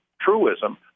truism